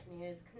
News